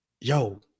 Yo